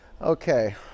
Okay